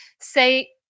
say